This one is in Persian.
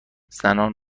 زنان